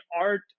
art